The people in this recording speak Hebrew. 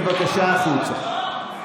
בבקשה החוצה.